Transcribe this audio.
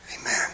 amen